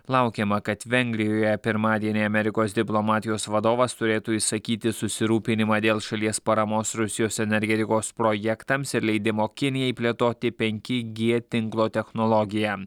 laukiama kad vengrijoje pirmadienį amerikos diplomatijos vadovas turėtų išsakyti susirūpinimą dėl šalies paramos rusijos energetikos projektams ir leidimo kinijai plėtoti penki g tinklo technologiją